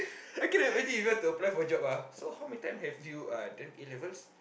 I cannot imagine you going to apply for job ah so how many time have you uh done A-levels